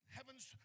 Heaven's